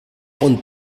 und